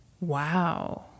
Wow